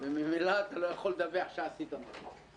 וממילא אתה לא יכול לדווח שעשית משהו,